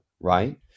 Right